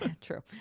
true